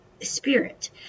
spirit